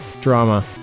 drama